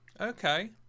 Okay